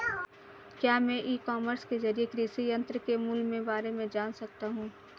क्या मैं e commerce के ज़रिए कृषि यंत्र के मूल्य में बारे में जान सकता हूँ?